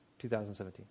2017